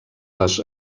les